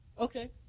Okay